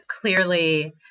clearly